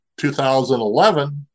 2011